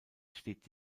steht